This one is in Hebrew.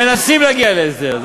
מנסים להגיע להסדר.